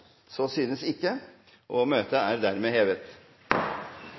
Møtet er dermed hevet.